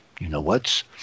you-know-whats